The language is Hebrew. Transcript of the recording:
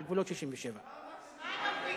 על גבולות 67'. מה עם הפליטים?